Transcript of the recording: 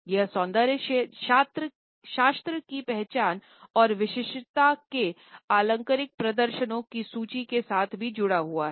यह सौंदर्य शास्त्र की पहचान और विशिष्टता के आलंकारिक प्रदर्शनों की सूची के साथ भी जुड़ा हुआ है